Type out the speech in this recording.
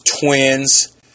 Twins